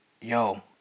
yo